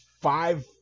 five